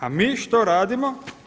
A mi što radimo?